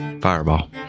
Fireball